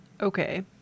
okay